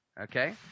okay